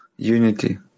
Unity